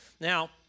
Now